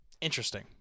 Interesting